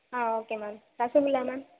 ah okay ma'am rasgulla ma'am